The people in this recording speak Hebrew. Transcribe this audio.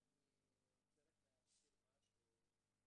אני רוצה להזכיר משהו,